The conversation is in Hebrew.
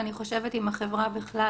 ואני חושבת עם החברה בכלל.